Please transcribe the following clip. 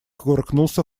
кувыркнулся